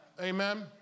Amen